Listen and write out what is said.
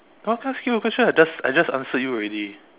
no I can't skip a question I just I just answered you already